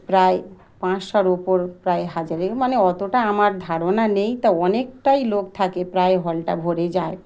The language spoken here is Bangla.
প্রায় পাঁচশোর ওপর প্রায় হাজারে মানে অতটা আমার ধারণা নেই তা অনেকটাই লোক থাকে প্রায় হলটা ভরে যায়